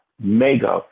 mega